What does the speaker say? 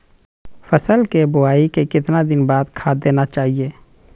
फसल के बोआई के कितना दिन बाद खाद देना चाइए?